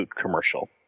commercial